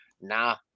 nah